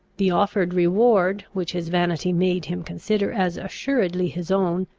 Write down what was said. the offered reward, which his vanity made him consider as assuredly his own,